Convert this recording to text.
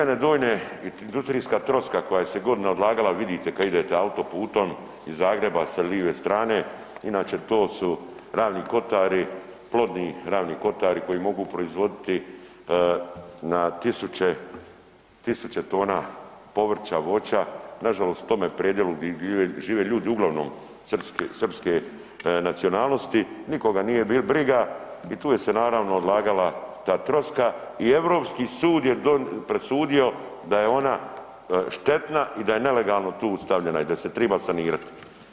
Biljane Donje i industrijska troska koja se je godinama odlagala vidite kad idete autoputom iz Zagreba sa live strane inače to su Ravni kotari, plodni Ravni kotari koji mogu proizvoditi na tisuće, tisuće tona povrća, voća, nažalost u tome predjelu žive ljudi uglavnom srpske nacionalnosti, nikoga nije briga i tu je se naravno odlagala ta troska i Europski sud je presudio da je ona štetna i da je nelegalno tu stavljena i da se triba sanirati.